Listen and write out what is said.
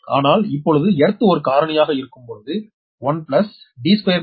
ஆனால் இப்பொழுது எர்த் ஒரு காரணியாக இருக்கும் பொழுது 1 D24h212